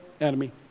enemy